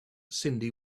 cyndi